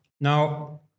Now